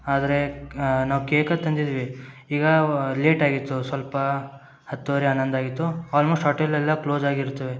ಆದರೆ ನಾವು ಕೇಕ ತಂದಿದ್ದೀವಿ ಈಗಾವ ಲೇಟಾಗಿತ್ತು ಸೊಲ್ಪ ಹತ್ತುವರೆ ಅನ್ನೊಂದಾಗಿತ್ತು ಆಲ್ಮೋಸ್ಟ್ ಹೋಟೆಲೆಲ್ಲ ಕ್ಲೋಸಾಗಿರ್ತವೆ